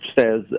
says